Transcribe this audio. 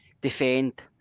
defend